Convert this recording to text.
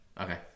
Okay